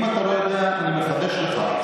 אם אתה לא יודע, אני מפרש לך.